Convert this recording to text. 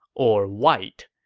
or white.